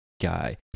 guy